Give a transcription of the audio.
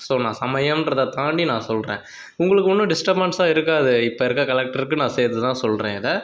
so நான் சமயம்ன்றதை தாண்டி நான் சொல்கிறேன் உங்களுக்கு ஒன்றும் டிஸ்டப்பன்ஸாக இருக்காது இப்போ இருக்க கலெக்டருக்கு நான் செய்றததை சொல்கிறேன் இதை